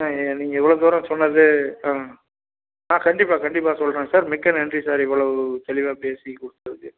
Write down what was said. நீங்கள் இவ்வளோ தூரம் சொன்னது ஆ ஆ கண்டிப்பாக கண்டிப்பாக சொல்கிறேன் சார் மிக்க நன்றி சார் இவ்வளவு தெளிவாக பேசி கொடுத்ததுக்கு